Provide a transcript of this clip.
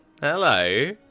Hello